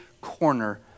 corner